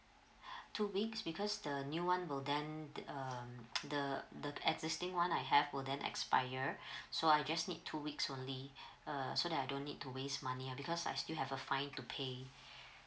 two weeks because the new one will then um the the existing one I have will then expire so I just need two weeks only uh so that I don't need to waste money uh because I still have a fine to pay